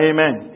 Amen